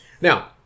Now